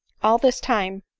all this time,